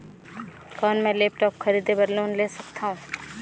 कौन मैं लेपटॉप खरीदे बर लोन ले सकथव?